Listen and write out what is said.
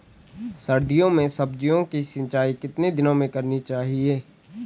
सर्दियों में सब्जियों की सिंचाई कितने दिनों में करनी चाहिए?